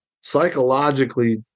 psychologically